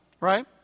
right